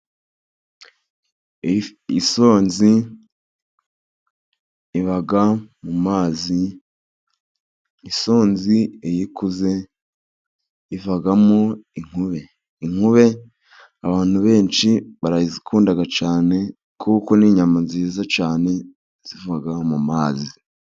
Isonzi iba mu mazi, isonzi iyo ikuze ivamo inkube. Inkube abantu benshi barazikunda cyane, kuko ni inyama nziza cyane ziva mu mazi.